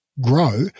Grow